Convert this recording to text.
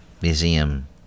museum